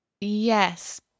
Yes